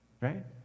right